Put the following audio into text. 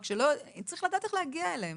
רק צריך לדעת איך להגיע אליהם.